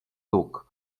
duc